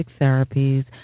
therapies